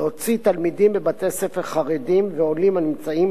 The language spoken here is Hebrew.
להוציא תלמידים בבתי-ספר חרדיים ועולים הנמצאים